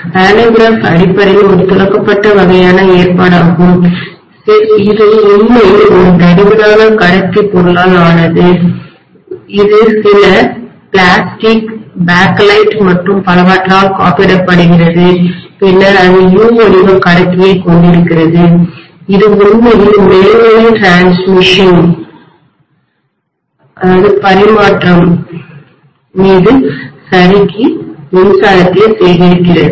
pantograph அடிப்படையில் ஒரு துலக்கப்பட்ட வகையான ஏற்பாடாகும் இது உண்மையில் ஒரு தடிமனான கடத்தி பொருளால் ஆனது இது சில பிளாஸ்டிக் பேக்கலைட் மற்றும் பலவற்றால் காப்பிடப்படுகிறது பின்னர் அது U வடிவ கடத்தியை கொண்டிருக்கிறது இது உண்மையில் மேல்நிலை டிரான்ஸ்மிஷன் பரிமாற்றடிரான்ஸ்மிஷன்த்தின் மீது சறுக்கி மின்சாரத்தைசேகரிக்கிறது